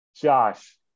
Josh